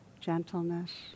gentleness